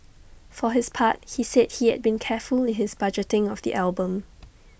for his part he said he had been careful in his budgeting of the album